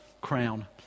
crown